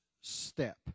step